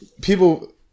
people